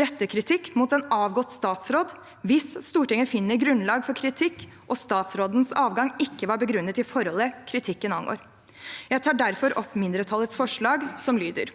rette kritikk mot en avgått statsråd hvis Stortinget finner grunnlag for kritikk, og statsrådens avgang ikke var begrunnet i forholdet kritikken angår. Jeg tar derfor opp mindretallets forslag, som lyder: